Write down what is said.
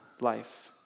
life